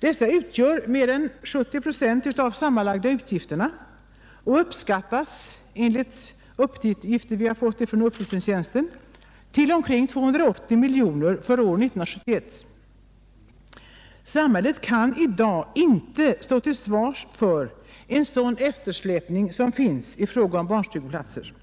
Dessa utgör mer än 70 procent av de sammanlagda utgifterna och uppskattas enligt vad som meddelats oss från riksdagens upplysningstjänst till omkring 280 miljoner kronor för år 1971. Samhället kan i dag inte stå till svars för en sådan eftersläpning som nu finns i fråga om barnstugeplatser.